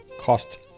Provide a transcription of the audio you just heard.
cost